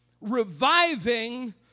reviving